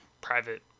private